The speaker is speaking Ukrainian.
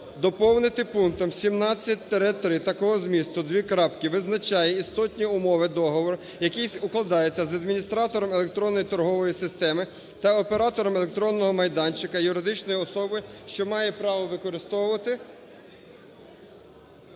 Доповнити пунктом 17-3 такого змісту: "Визначає істотні умови договору, який укладається з адміністратором електронної торгової системи та оператором електронного майданчика юридичної особи, що має право використовувати